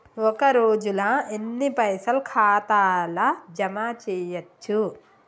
ఒక రోజుల ఎన్ని పైసల్ ఖాతా ల జమ చేయచ్చు?